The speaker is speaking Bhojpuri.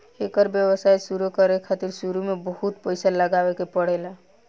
एकर व्यवसाय शुरु करे खातिर शुरू में बहुत पईसा लगावे के पड़ेला